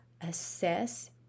assess